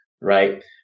right